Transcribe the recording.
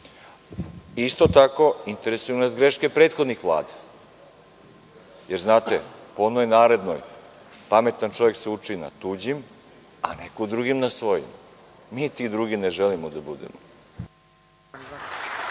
Isto tako, interesuju nas greške prethodnih vlada, jer po onoj narodnoj – pametan čovek se uči na tuđim greškama, a neko drugi na svojim. Mi ti drugi ne želimo da budemo.